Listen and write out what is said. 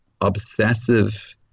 obsessive